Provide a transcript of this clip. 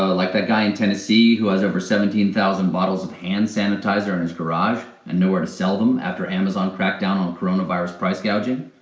ah like that guy in tennessee who has over seventeen thousand bottles of hand sanitizer in his garage and nowhere to sell them after amazon cracked down on coronavirus price gouging.